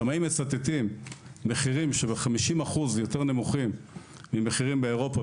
השמאים מצטטים מחירים שהם ב-50% יותר נמוכים ממחירים באירופה,